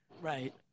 Right